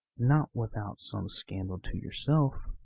not without some scandal to yourself,